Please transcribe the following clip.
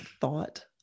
thought